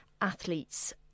Athletes